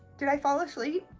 did i fall asleep?